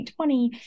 2020